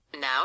Now